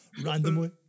randomly